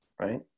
Right